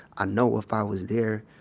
i know if i was there,